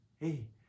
Hey